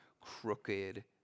crooked